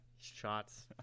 Shots